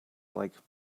like